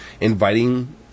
inviting